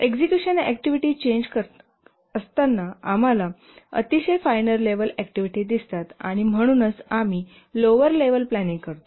execution activity change असताना आम्हाला अतिशय फायनर लेव्हल ऍक्टिव्हिटी दिसतात आणि म्हणूनच आम्ही लोवर लेव्हल प्लॅनिंग करतो